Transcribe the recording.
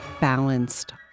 balanced